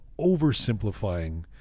oversimplifying